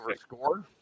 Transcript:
score